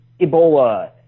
Ebola